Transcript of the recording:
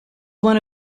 one